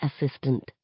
assistant